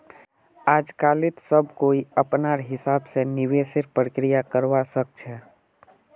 आजकालित सब कोई अपनार हिसाब स निवेशेर प्रक्रिया करवा सख छ